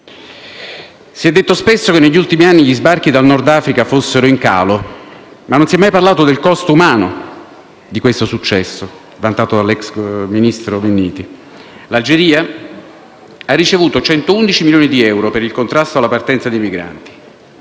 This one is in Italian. Si è detto spesso che negli ultimi anni gli sbarchi dal Nord Africa fossero in calo, ma non si è mai parlato del costo umano di questo successo vantato all'ex ministro Minniti. L'Algeria ha ricevuto 111 milioni di euro per il contrasto alla partenza dei migranti.